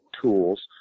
tools